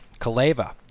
kaleva